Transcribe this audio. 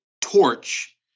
torch